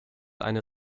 eine